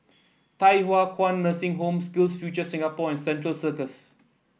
Thye Hua Kwan Nursing Home SkillsFuture Singapore and Central Circus